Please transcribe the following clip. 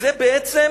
ובזה בעצם